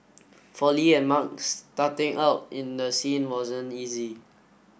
for Li and Mark starting out in the scene wasn't easy